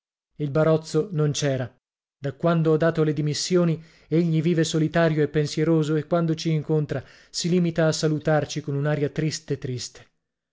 il barozzo non c'era da quando ha dato le dimissioni egli vive solitario e pensieroso e quando ci incontra si limita a salutarci con un'aria triste triste